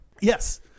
Yes